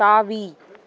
தாவி